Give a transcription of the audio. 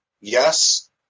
yes